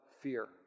fear